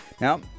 Now